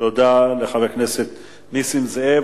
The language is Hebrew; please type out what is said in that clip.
תודה לחבר הכנסת נסים זאב.